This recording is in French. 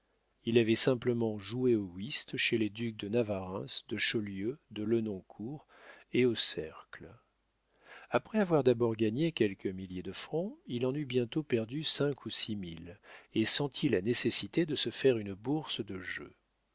il avait simplement joué au whist chez les ducs de navarreins de chaulieu de lenoncourt et au cercle après avoir d'abord gagné quelques milliers de francs il en eut bientôt perdu cinq ou six mille et sentit la nécessité de se faire une bourse de jeu